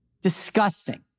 disgusting